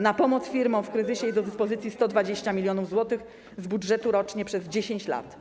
Na pomoc firmom w kryzysie jest do dyspozycji 120 mln zł z budżetu rocznie przez 10 lat.